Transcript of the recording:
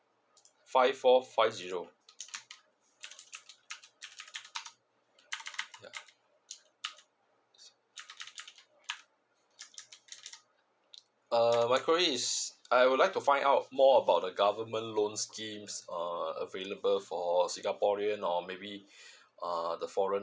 five four five zero uh my query is I would like to find out more about the government loans schemes uh available for singaporean or maybe uh the foreig